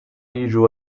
jiġu